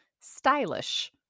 stylish